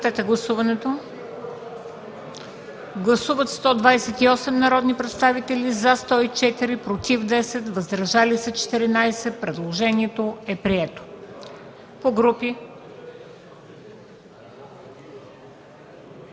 Предложението е прието.